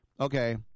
Okay